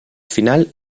final